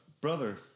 brother